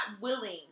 willing